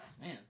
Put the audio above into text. Man